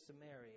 Samaria